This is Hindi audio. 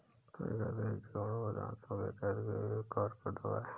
तिल का तेल जोड़ों और दांतो के दर्द के लिए एक कारगर दवा है